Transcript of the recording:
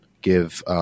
give